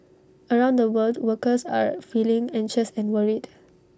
around the world workers are feeling anxious and worried